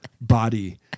body